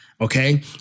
Okay